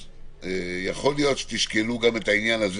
אז יכול להיות שתשקלו גם את העניין הזה,